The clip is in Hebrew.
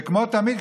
וכמו תמיד,